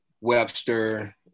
Webster